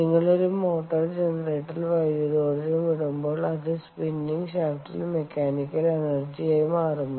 നിങ്ങൾ ഒരു മോട്ടോർ ജനറേറ്ററിൽ വൈദ്യുതോർജ്ജം ഇടുമ്പോൾ അത് സ്പിന്നിംഗ് ഷാഫ്റ്റിൽ മെക്കാനിക്കൽ എനെർജിയായി മാറുന്നു